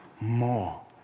more